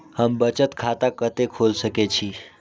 हम बचत खाता कते खोल सके छी?